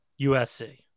USC